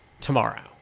tomorrow